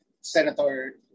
senator